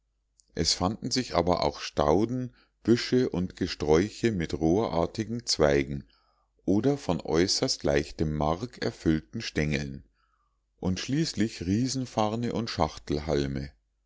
es fanden sich aber auch stauden büsche und gesträuche mit rohrartigen zweigen oder von äußerst leichtem mark erfüllten stengeln und schließlich riesenfarne und schachtelhalme